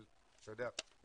אבל אתה יודע,